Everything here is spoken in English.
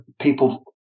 people